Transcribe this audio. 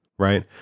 right